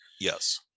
Yes